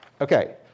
okay